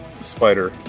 spider